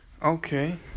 Okay